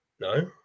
No